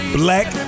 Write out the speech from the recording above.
black